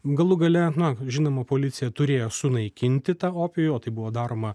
galų gale na žinoma policija turėjo sunaikinti tą opijų o tai buvo daroma